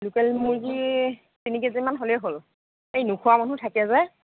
local মুৰ্গী তিনি KG মান হ'লেই হ'ল এই নোখোৱা মানুহ থাকে যে